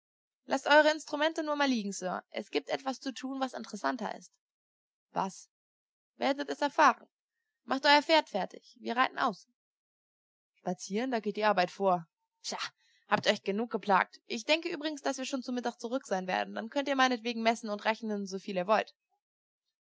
laßt eure instrumente nur immer liegen sir es gibt etwas zu tun was interessanter ist was werdet es erfahren macht euer pferd fertig wir reiten aus spazieren da geht die arbeit vor pshaw habt euch genug geplagt ich denke übrigens daß wir schon zu mittag zurück sein werden dann könnt ihr meinetwegen messen und rechnen so viel ihr wollt